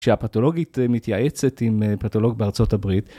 שהפתולוגית מתייעצת עם פתולוג בארצות הברית.